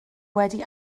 wedi